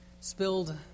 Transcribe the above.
spilled